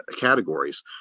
categories